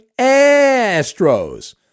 Astros